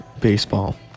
baseball